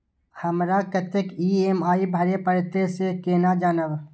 हमरा कतेक ई.एम.आई भरें परतें से केना जानब?